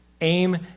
aim